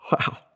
Wow